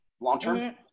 long-term